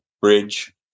Bridge